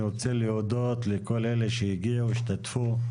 אני רוצה להודות לכל אלה שהגיעו, השתתפו.